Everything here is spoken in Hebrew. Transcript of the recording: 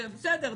זה בסדר,